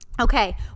okay